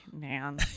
man